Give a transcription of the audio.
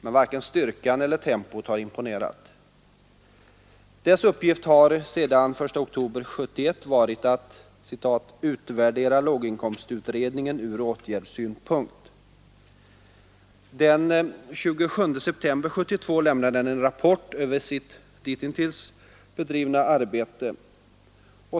Men varken styrkan eller tempot har imponerat. Gruppens uppgifter har sedan den 1 oktober 1971 varit att ”utvärdera låginkomstutredningen ur åtgärdssynpunkt”. Den 27 september 1972 lämnade den en rapport över sitt ditintills bedrivna arbete.